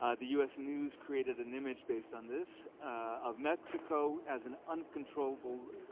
ah the us news created an image based on this of mexico as an uncontrollable